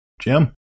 Jim